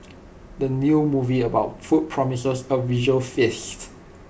the new movie about food promises A visual feast